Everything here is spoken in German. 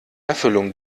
erfüllung